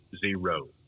zero